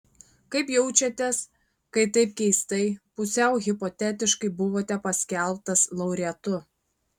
kaip jaučiatės kai taip keistai pusiau hipotetiškai buvote paskelbtas laureatu